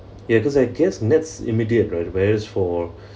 ya cause I guess NETS immediate right whereas for